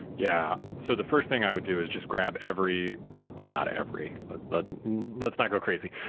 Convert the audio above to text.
yeah. so the first thing i would do is just grab every well not every, but let's not go crazy.